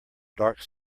dark